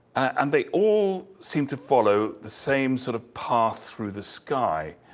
and they all seemed to follow the same sort of path through the sky,